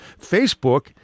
Facebook